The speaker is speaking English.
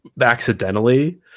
accidentally